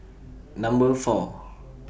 Number four